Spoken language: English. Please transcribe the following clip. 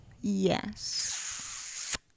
Yes